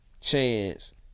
chance